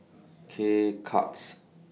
K Cuts